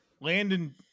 Landon